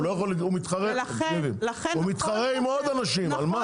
הוא מתחרה עם עוד אנשים, על מה?